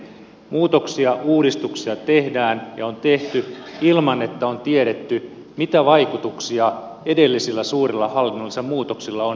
muutoksia uudistuksia tehdään ja on tehty ilman että on tiedetty mitä vaikutuksia edellisillä suurilla hallinnollisilla muutoksilla on ollut